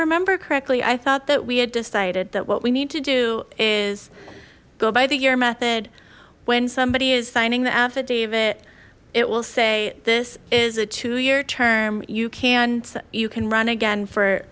remember correctly i thought that we had decided that what we need to do is go by the year method when somebody is signing the affidavit it will say this is a two year term you can you can run again for